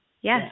Yes